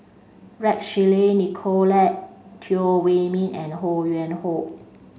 Rex Shelley Nicolette Teo Wei min and Ho Yuen Hoe